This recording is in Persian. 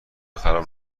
خراب